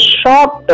short